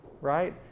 right